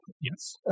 yes